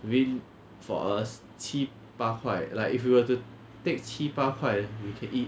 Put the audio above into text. maybe for us 七八块 like if you were to take 七八块 we can eat